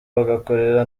bagakorera